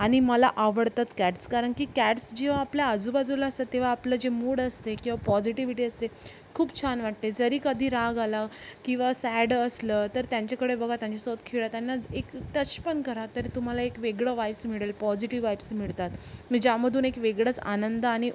आणि मला आवडतात कॅट्स कारण की कॅट्स जेव्हा आपल्या आजूबाजूला असतात तेव्हा आपलं जे मूड असते किंवा पॉजिटीविटी असते खूप छान वाटते जरी कधी राग आला किंवा सॅड असलं तर त्यांच्याकडे बघत आणि त्यांच्यासोत खेळ त्यांना जर एक टच पण करा तरी तुम्हाला एक वेगळं वाईव्स मिळेल पॉजिटिव वाईप्स मिळतात मी ज्यामधून एक वेगळाच आनंद आणि